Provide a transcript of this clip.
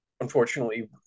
unfortunately